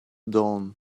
dawn